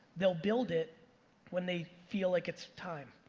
they'll build it when they feel like it's time.